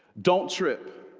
don't trip